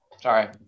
sorry